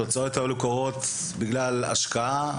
התוצאות האלה קורות בגלל השקעה,